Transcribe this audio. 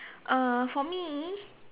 uh for me